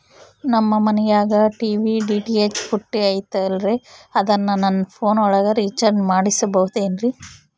ನಮ್ಮ ಮನಿಯಾಗಿನ TV DTH ಪುಟ್ಟಿ ಐತಲ್ರೇ ಅದನ್ನ ನನ್ನ ಪೋನ್ ಒಳಗ ರೇಚಾರ್ಜ ಮಾಡಸಿಬಹುದೇನ್ರಿ?